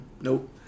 nope